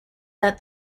that